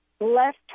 Left